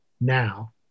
now